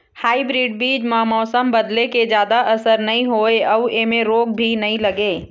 hybrid बीज म मौसम बदले के जादा असर नई होवे अऊ ऐमें रोग भी नई लगे